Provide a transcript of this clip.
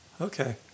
Okay